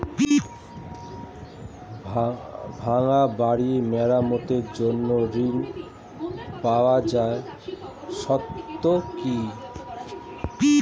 ভাঙ্গা বাড়ি মেরামতের জন্য ঋণ পাওয়ার শর্ত কি?